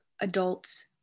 adults